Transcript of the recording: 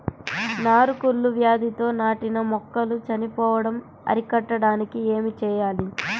నారు కుళ్ళు వ్యాధితో నాటిన మొక్కలు చనిపోవడం అరికట్టడానికి ఏమి చేయాలి?